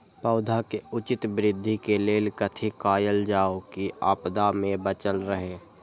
पौधा के उचित वृद्धि के लेल कथि कायल जाओ की आपदा में बचल रहे?